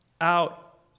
out